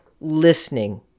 listening